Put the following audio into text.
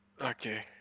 Okay